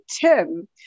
Tim